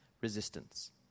resistance